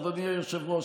אדוני היושב-ראש,